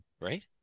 right